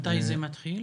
מתי זה מתחיל?